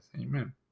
Amen